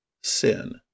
sin